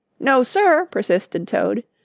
no, sir, persisted toad.